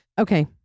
Okay